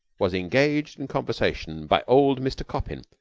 was engaged in conversation by old mr. coppin,